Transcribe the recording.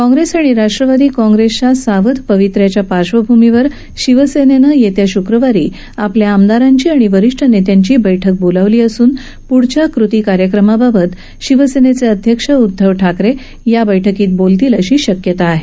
काँग्रेस आणि राष्ट्रवादी काँग्रेसच्या सावध पवित्र्याच्या पार्श्वभूमीवर शिवसेनेनं येत्या श्क्रवारी आपल्या आमदारांची आणि वरिष्ठ नेत्यांची बैठक बोलावली असून पुढच्या कृती कार्यक्रमाबाबत शिवसेनेचे अध्यक्ष उदधव ठाकरे या बैठकीत बोलण्याची शक्यता आहे